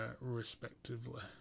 respectively